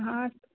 हँ